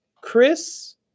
Chris